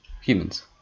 Humans